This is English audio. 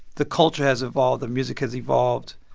the culture has evolved, the music has evolved,